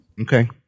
Okay